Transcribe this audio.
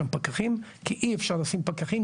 כי אי-אפשר לשים שם פקחים,